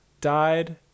died